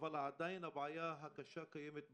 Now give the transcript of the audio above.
אבל עדיין הבעיה הקשה קיימת בתיכונים,